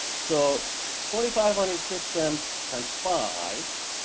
so twenty-five hundred systems times five,